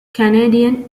canadian